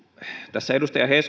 tässä edustaja